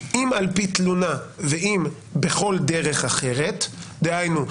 אם על פי תלונה ואם בכל דרך אחרת דהיינו,